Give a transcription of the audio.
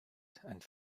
and